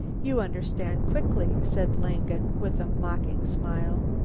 you understand quickly, said langen with a mocking smile.